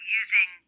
using